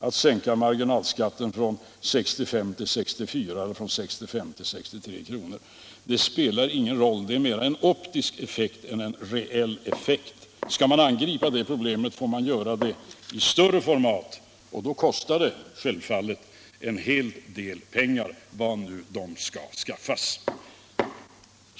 Att sänka marginalskatten från 65 till 64 kr. eller från 65 till 63 kr. spelar ingen roll. Det är mer en optisk effekt än en reell effekt. Skall man angripa det problemet får man göra det i större format, och då kostar det självfallet en hel del pengar - var nu de skall skaffas.